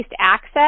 access